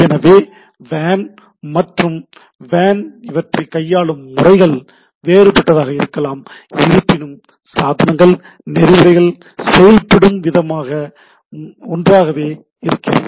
எனவே 'வேன்' மற்றும் 'லேன்' இவற்றை கையாளும் முறைகள் வேறுபட்டதாக இருக்கும் இருப்பினும் சாதனங்கள் நெறிமுறைகள் செயல்படும் விதம் முதலியன ஒன்றாகவே இருக்கிறது